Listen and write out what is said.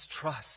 trust